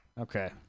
Okay